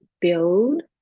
build